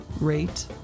rate